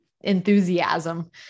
enthusiasm